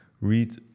Read